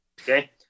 okay